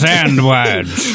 Sandwich